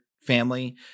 family